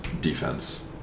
defense